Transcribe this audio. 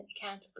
accountable